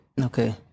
Okay